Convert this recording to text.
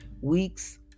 weeks